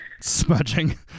Smudging